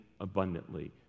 abundantly